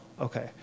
Okay